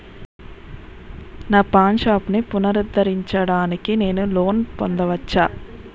నా పాన్ షాప్ని పునరుద్ధరించడానికి నేను లోన్ పొందవచ్చా?